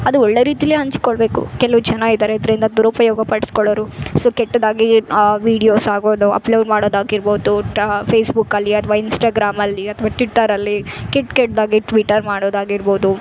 ಅದು ಒಳ್ಳೆ ರೀತಿಲೇ ಹಂಚ್ಕೊಳ್ಬೇಕು ಕೆಲವು ಜನ ಇದ್ದಾರೆ ಇದ್ರಿಂದ ದುರುಪಯೋಗ ಪಡಿಸ್ಕೊಳ್ಳೋರು ಸೊ ಕೆಟ್ಟದಾಗಿ ವೀಡಿಯೋಸ್ ಆಗೋದು ಅಪ್ಲೋಡ್ ಮಾಡೋದು ಆಗಿರ್ಬೋದು ಟ ಫೇಸ್ಬುಕಲ್ಲಿ ಅಥ್ವ ಇನ್ಸ್ಟಾಗ್ರಾಮಲ್ಲಿ ಅಥ್ವ ಟ್ವಿಟರಲ್ಲಿ ಕೆಟ್ಟ ಕೆಟ್ದಾಗಿ ಟ್ವಿಟರ್ ಮಾಡೋದು ಆಗಿರ್ಬೋದು